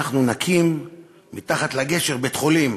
נקים מתחת לגשר בית-חולים,